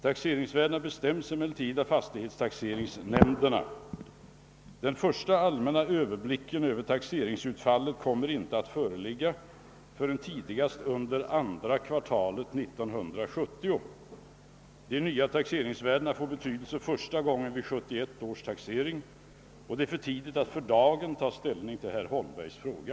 Taxeringsvärdena bestäms emellertid av fastighetstaxeringsnämnderna. Den första allmänna överblicken över taxeringsutfallet kommer inte att föreligga förrän tidigast under andra kvartalet 1970. De nya taxeringsvärdena får betydelse första gången vid 1971 års taxering. Det är för tidigt att för dagen ta ställning till herr Holmbergs fråga.